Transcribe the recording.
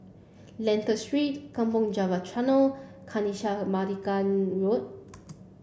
Lentor Street Kampong Java Tunnel Kanisha Marican Road